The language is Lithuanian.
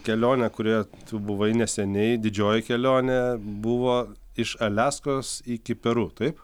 kelionė kurioje tu buvai neseniai didžioji kelionė buvo iš aliaskos iki peru taip